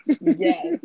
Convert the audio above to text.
Yes